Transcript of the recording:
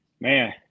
man